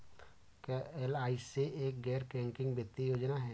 क्या एल.आई.सी एक गैर बैंकिंग वित्तीय योजना है?